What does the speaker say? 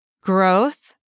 Growth